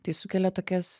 tai sukelia tokias